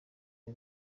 ari